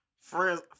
Friends